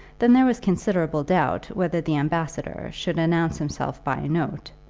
then there was considerable doubt whether the ambassador should announce himself by a note,